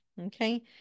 Okay